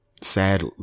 sad